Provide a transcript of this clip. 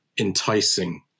Enticing